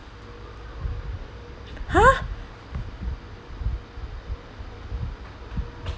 !huh!